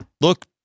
Look